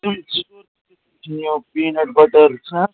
peanut butter چھا